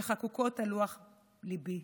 שחקוקות על לוח ליבי.